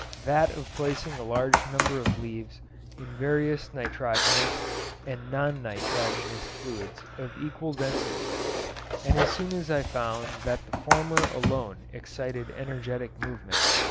that of placing a large number of leaves in various nitrogenous and non-nitrogenous fluids of equal density and as soon as i found that the former alone excited energetic movements,